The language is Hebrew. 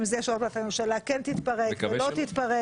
אם זה שעוד מעט הממשלה כן תתפרק או לא תתפרק.